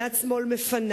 יד שמאל מפנה.